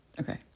Okay